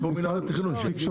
הינה, יש פה מינהל התכנון, שיגיד.